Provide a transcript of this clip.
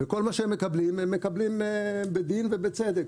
כל מה שהם מקבלים, הם מקבלים בדין ובצדק.